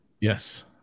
Yes